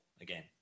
again